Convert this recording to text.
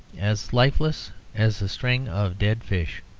as lifeless as a string of dead fish.